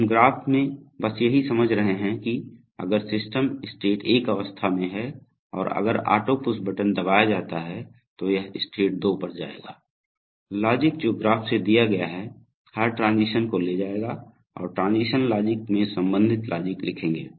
तो हम ग्राफ़ से बस यही समझ रहे हैं कि अगर सिस्टम स्टेट 1 अवस्था में है और अगर ऑटो पुश बटन दबाया जाता है तो यह स्टेट 2 पर जाएगा लॉजिक जो ग्राफ़ से दिया गया है हर ट्रांजीशन को ले जाएगा और ट्रांज़िशन लॉजिक में संबंधित लॉजिक लिखेंगे